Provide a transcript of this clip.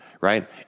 right